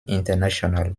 international